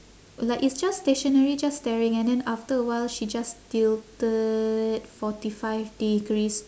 like it's just stationary just staring and then after a while she just tilted forty five degrees